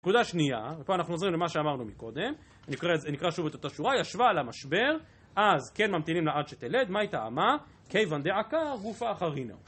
נקודה שנייה, ופה אנחנו עוזרים למה שאמרנו מקודם נקרא שוב את אותה שורה, ישבה על המשבר אז, כן ממתינים לעד שתלד, מהי טעמא? כיוון דעקר גופא אחרינא